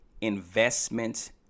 investment